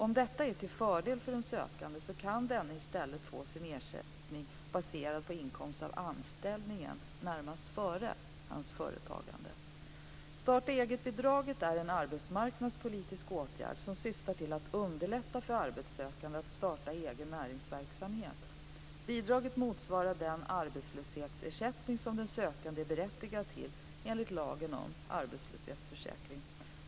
Om det är till fördel för en sökande kan denne i stället få sin ersättning baserad på inkomst av anställningen närmast före företagandet. Starta-eget-bidraget är en arbetsmarknadspolitisk åtgärd som syftar till att underlätta för arbetssökande att starta egen näringsverksamhet. Bidraget motsvarar den arbetslöshetsersättning som den sökande är berättigad till enligt lagen om arbetslöshetsförsäkring.